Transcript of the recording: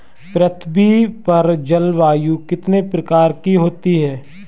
पृथ्वी पर जलवायु कितने प्रकार की होती है?